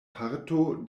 parto